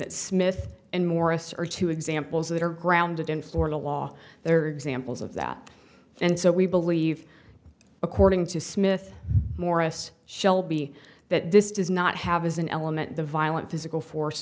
that smith and morris are two examples that are grounded in florida law there are examples of that and so we believe according to smith morris shelby that this does not have is an element the violent physical force